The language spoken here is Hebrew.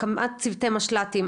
הקמת צוות משל"טים.